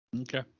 Okay